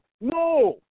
no